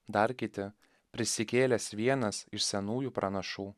dar kiti prisikėlęs vienas iš senųjų pranašų